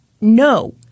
no